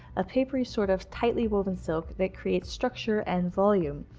a papery sort of tightly-woven silk that creates structure and volume.